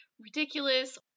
ridiculous